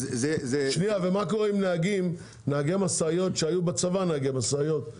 אבל מה קורה עם נהגי משאיות שהיו בצבא בסדיר,